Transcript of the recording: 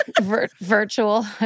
virtual